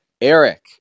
Eric